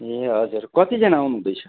ए हजुर कतिजना आउनु हुँदैछ